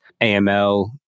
AML